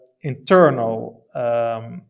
internal